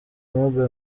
mobile